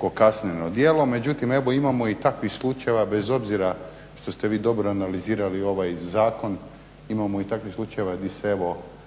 kao kazneno djelo. Međutim evo imamo i takvih slučajeva bez obzira što ste vi dobro analizirali ovaj zakon, imamo i takvih slučajeva gdje se